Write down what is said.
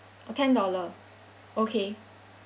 ten dollar okay